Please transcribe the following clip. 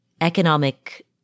economic